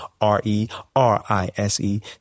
R-E-R-I-S-E